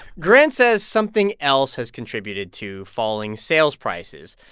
grant says something else has contributed to falling sales prices.